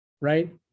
Right